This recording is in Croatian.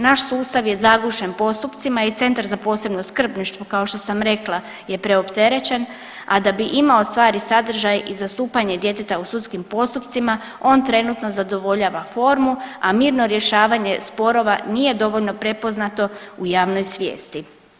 Naš sustav je zagušen postupcima i centar za posebno skrbništvo kao što sam rekla je preopterećen, a da bi imao stvarni sadržaj i zastupanje djeteta u sudskim postupcima on trenutno zadovoljava formu, a mirno rješavanje sporova nije dovoljno prepoznato u javnoj svijesti.